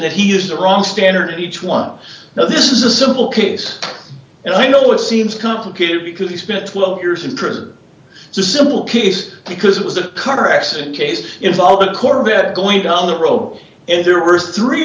that he is the wrong standard each one now this is a simple case and i know it seems complicated because he spent twelve years in prison it's a simple case because it was a car accident case involving a corvette going down the road and there were three